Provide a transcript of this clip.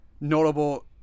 notable